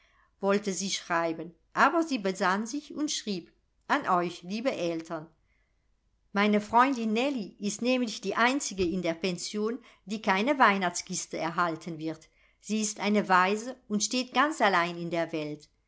wollte sie schreiben aber sie besann sich und schrieb an euch liebe eltern meine freundin nellie ist nämlich die einzige in der pension die keine weihnachtskiste erhalten wird sie ist eine waise und steht ganz allein in der welt